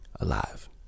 alive